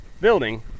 building